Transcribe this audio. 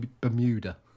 Bermuda